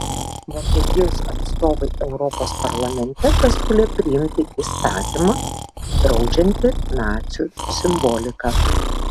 vokietijos atstovai europos parlamente pasiūlė priimti įstatymą draudžiantį nacių simboliką